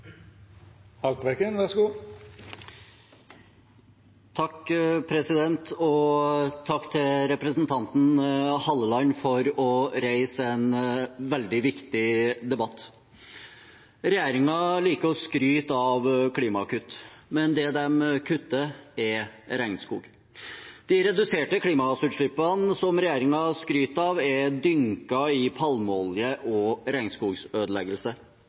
Takk til representanten Halleland for å reise en veldig viktig debatt. Regjeringen liker å skryte av klimagasskuttene, men det de kutter, er regnskog. De reduserte klimagassutslippene som regjeringen skryter av, er dynket i palmeolje og regnskogsødeleggelse.